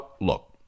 look